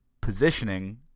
positioning